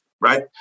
right